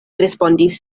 respondis